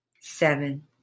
seven